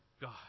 God